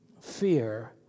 Fear